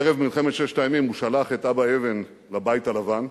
ערב מלחמת ששת הימים הוא שלח את אבא אבן לבית הלבן,